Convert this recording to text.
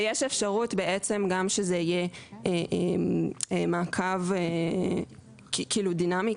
ויש אפשרות בעצם גם שזה יהיה מעקב כאילו דינמי.